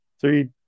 three